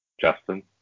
Justin